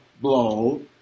blow